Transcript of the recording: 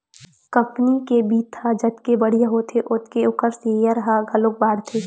company के बित्त ह जतके बड़िहा होथे ओतके ओखर सेयर ह घलोक बाड़थे